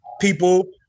people